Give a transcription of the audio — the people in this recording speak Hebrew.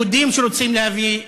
יהודים שרוצים להביא,